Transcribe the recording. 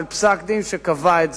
של פסק-דין שקבע את זה,